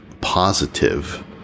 positive